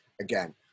again